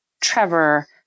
Trevor